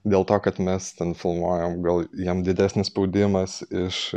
dėl to kad mes ten filmuojam gal jiem didesnis spaudimas iš